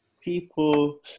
people